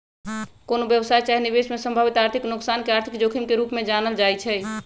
कोनो व्यवसाय चाहे निवेश में संभावित आर्थिक नोकसान के आर्थिक जोखिम के रूप में जानल जाइ छइ